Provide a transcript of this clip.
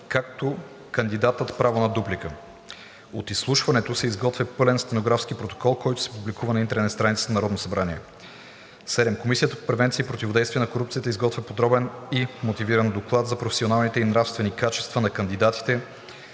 както кандидатът – право на дуплика. 6. От изслушването се изготвя пълен стенографски протокол, който се публикува на интернет страницата на Народното събрание. 7. Комисията по превенция и противодействие на корупцията изготвя подробен и мотивиран доклад за професионалните и нравствените качества на кандидатите,